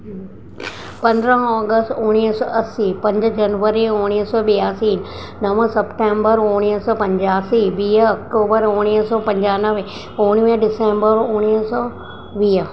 पंद्रहं अगस्त उणिवीह सौ असी पंज जनवरी उणिवीह सौ ॿियासी नव सेप्टेंबर उणिवीह सौ पंजासी वीह अक्टूबर उणिवीह सौ पंजानवे उणिवीह डिसंबर उणिवीह सौ वीह